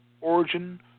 origin